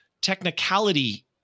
technicality